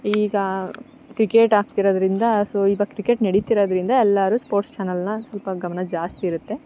ಈಗ ಕ್ರಿಕೆಟ್ ಆಗ್ತಿರೋದರಿಂದ ಸೊ ಇವಾಗ ಕ್ರಿಕೆಟ್ ನಡೀತಿರೋದರಿಂದ ಎಲ್ಲರೂ ಸ್ಪೋರ್ಟ್ಸ್ ಚಾನಲ್ನ ಸ್ವಲ್ಪ ಗಮನ ಜಾಸ್ತಿಯಿರುತ್ತೆ